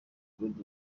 good